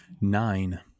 nine